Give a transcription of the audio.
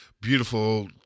beautiful